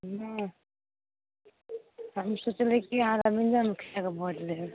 नहि हम सोचली की अहाँ रविन्द्र मुखिआके भोट देबै